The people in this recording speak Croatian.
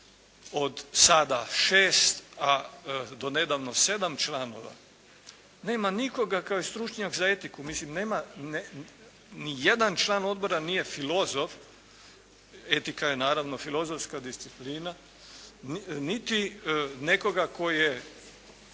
od sada 6, a donedavno 7 članova nema nikoga tko je stručnjak za etiku, mislim ni jedan član odbora nije filozof, etika je naravno filozofska disciplina, niti nekoga tko je